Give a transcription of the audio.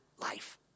life